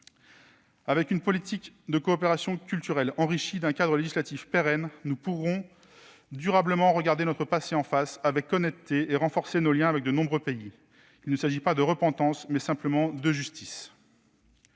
Avec une politique de coopération culturelle enrichie d'un cadre législatif pérenne, nous pourrons durablement regarder notre passé en face, avec honnêteté, et renforcer nos liens avec de nombreux pays. Il s'agit non pas de repentance, mais simplement de justice